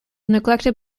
neglected